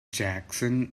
jackson